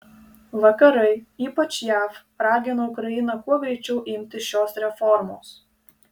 vakarai ypač jav ragino ukrainą kuo greičiau imtis šios reformos